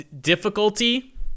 difficulty